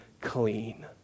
clean